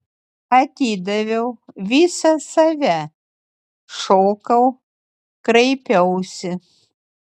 atidaviau visą save šokau kraipiausi